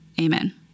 Amen